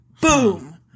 boom